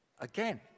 again